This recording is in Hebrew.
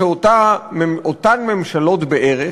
שאותן ממשלות בערך,